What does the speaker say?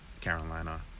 Carolina